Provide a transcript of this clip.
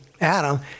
Adam